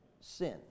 sin